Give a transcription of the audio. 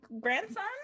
grandson